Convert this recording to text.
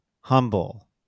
humble